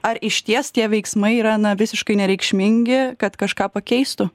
ar išties tie veiksmai yra na visiškai nereikšmingi kad kažką pakeistų